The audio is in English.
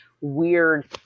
weird